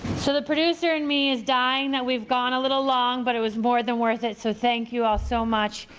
so, the producer and me is dying that we've gone a little long, but it was more than worth it. so, thank you all so much.